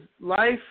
life